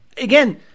Again